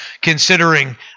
considering